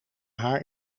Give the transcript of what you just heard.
haar